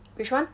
which [one]